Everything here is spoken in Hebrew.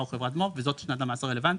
הוא חברת מו"פ וזאת שנת המס הרלוונטית,